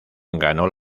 ganó